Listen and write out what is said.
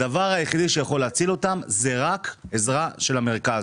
הדבר היחידי שיכול להציל אותם זאת רק עזרה של המרכז.